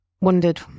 wondered